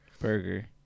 burger